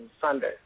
Sunday